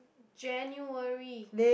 January